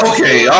Okay